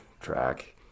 track